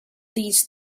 these